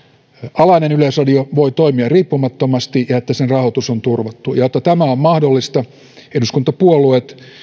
alainen yleisradio voi toimia riippumattomasti ja että sen rahoitus on turvattu ja jotta tämä on mahdollista eduskuntapuolueet